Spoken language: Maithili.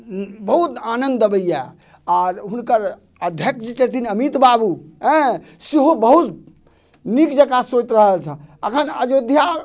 बहुत आनन्द अबैया आर हुनकर अध्यक्ष जे छथिन अमित बाबू एँ सेहो बहुत नीक जेकाँ सोचि रहल छथि अखन अयोध्या